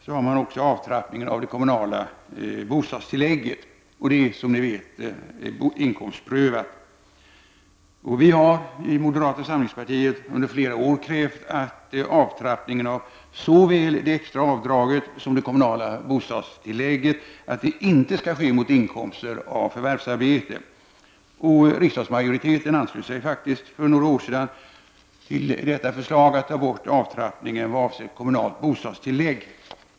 Till det kommer även avtrappningen av det kommunala bostadstillägget — som ni vet är det inkomstprövat. Vi har i moderata samlingspartiet under flera år krävt att avtrappningen av såväl det extra avdraget som det kommunala bostadstillägget inte skall ske mot inkomster av förvärvsarbete. Riksdagsmajoriteten anslöt sig faktiskt för några år sedan till förslaget att ta bort avtrappningen vad avser kommunalt bostadstillägg.